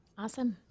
Awesome